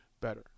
better